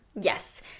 Yes